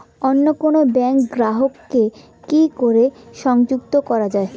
অন্য কোনো ব্যাংক গ্রাহক কে কি করে সংযুক্ত করা য়ায়?